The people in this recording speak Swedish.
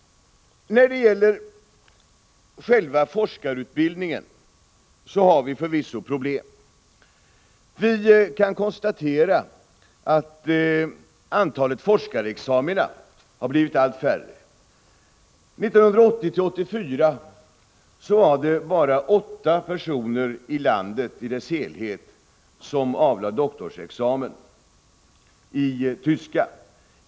När det gäller själva forskarutbildningen har vi förvisso problem. Vi kan konstatera att antalet forskarexamina har blivit allt mindre. 1980-1984 var det bara åtta personer i landet i dess helhet som avlade doktorsexamen i tyska.